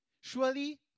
Surely